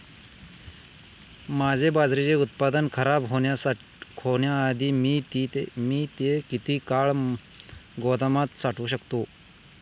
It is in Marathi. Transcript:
माझे बाजरीचे उत्पादन खराब होण्याआधी मी ते किती काळ गोदामात साठवू शकतो?